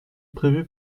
prévu